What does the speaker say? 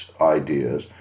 ideas